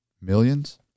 Millions